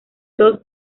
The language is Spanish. dos